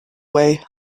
way